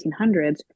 1800s